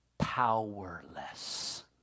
powerless